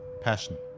passion